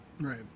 Right